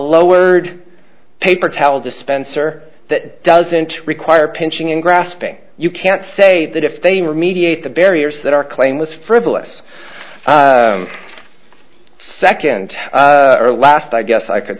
lowered paper towel dispenser that doesn't require pinching and grasping you can't say that if they were mediate the barriers that our claim was frivolous second or last i guess i could